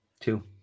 Two